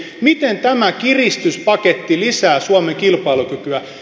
miten tämä kiristyspaketti lisää suomen kilpailukykyä